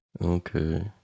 Okay